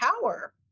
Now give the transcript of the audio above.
power